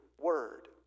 word